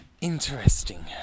interesting